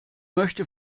möchte